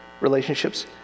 relationships